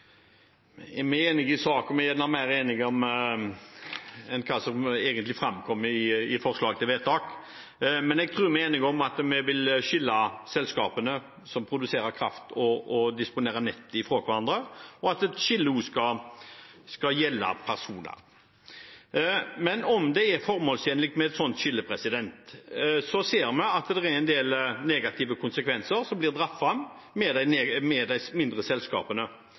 enige om at vi vil skille selskapene som produserer kraft, og de som disponerer nett, fra hverandre, og at et skille også skal gjelde personer. Men selv om det er formålstjenlig med et slikt skille, ser vi at det er en del negative konsekvenser som blir dratt fram ved de mindre selskapene – for det første at de har mangel på kompetanse og kunnskap og ikke minst kapital. Men om flertallet nå får det som de vil, vil jo gjerne de mindre selskapene